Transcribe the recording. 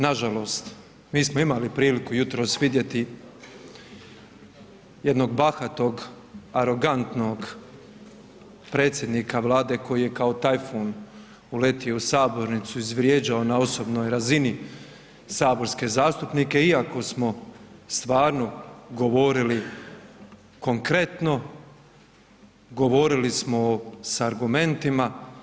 Nažalost, mi smo imali priliku jutros vidjeti jednog bahatog, arogantnog predsjednika Vlade koji je kao tajfun uletio u sabornicu, izvrijeđao na osobnoj razini saborske zastupnike iako smo stvarno govorili konkretno govorili smo s argumentima.